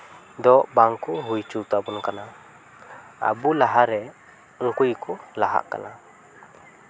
ᱫᱚ ᱵᱟᱝ ᱠᱚ ᱦᱩᱭ ᱦᱚᱪᱚ ᱛᱟᱵᱚᱱ ᱠᱟᱱᱟ ᱟᱵᱚ ᱞᱟᱦᱟᱨᱮ ᱩᱱᱠᱩ ᱜᱮᱠᱚ ᱞᱟᱦᱟᱜ ᱠᱟᱱᱟ